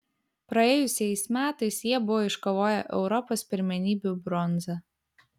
praėjusiais metais jie buvo iškovoję europos pirmenybių bronzą